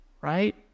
right